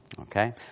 Okay